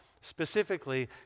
Specifically